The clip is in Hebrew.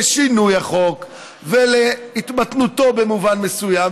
לשינוי החוק ולהתמתנותו במובן מסוים,